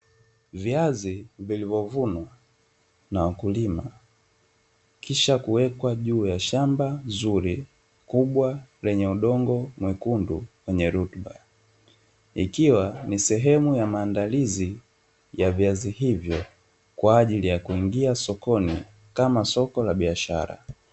Viazi vilivyovunwa na wakulima, kisha kuwekwa juu ya shamba zuri kubwa lenye udongo mwekundu wenye rutuba, ikiwa ni sehemu ya maandalizi ya viazi hivyo kwa ajili ya kuingia sokoni kama soko la biashara.